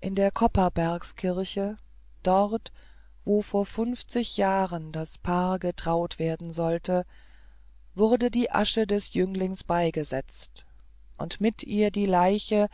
in der kopparbergskirche dort wo vor funfzig jahren das paar getraut werden sollte wurde die asche des jünglings beigesetzt und mit ihr die leiche